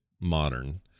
Modern